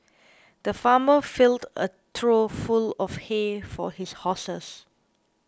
the farmer filled a trough full of hay for his horses